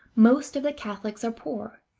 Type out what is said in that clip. most of the catholics are poor,